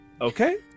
Okay